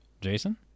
Jason